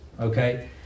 Okay